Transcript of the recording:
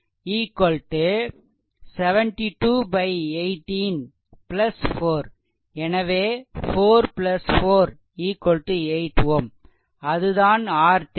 அது 72 184 எனவே 4 4 8 Ω அதுதான் RThevenin